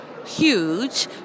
huge